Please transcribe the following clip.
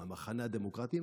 המחנה הדמוקרטי,